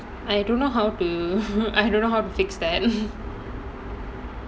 I don't know how to I don't know how to fix that